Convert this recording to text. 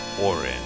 Orange